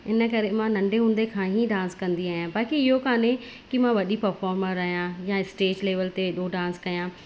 इन करे मां नंढे हूंदे खां ई डांस कंदी आहियां बाक़ी इहो कोन्ह की मां वॾी परफॉर्मर आहियां या स्टेज लैवल ते एडो डांस कया